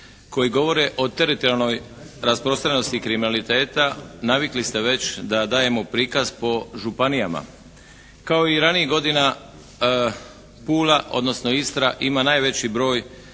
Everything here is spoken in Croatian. koji govore o teritorijalno rasprostranjenosti kriminaliteta navikli ste već da dajemo prikaz po županijama. Kao i ranijih godina Pula, odnosno Istra ima najveći broj